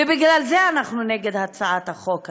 ובגלל זה אנחנו נגד הצעת החוק הזאת.